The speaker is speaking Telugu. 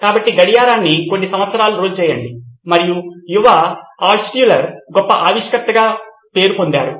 కాబట్టి గడియారాన్ని కొన్ని సంవత్సరాలు రోల్ చేయండి మరియు యువ ఆల్ట్షుల్లర్ గొప్ప ఆవిష్కర్తగా పేరు పొందారు